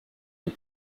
les